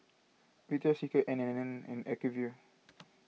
Victoria Secret N and N and Acuvue